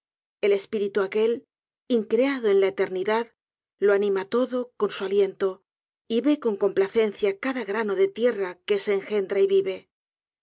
el espíritu aquel increado en la eternidad lo anima todo con su aliento y ve con complacencia cada grano de tierra que se enjendra y vive